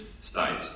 state